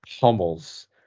pummels